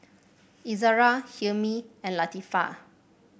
Izzara Hilmi and Latifa